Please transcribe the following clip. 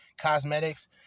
cosmetics